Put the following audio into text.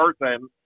person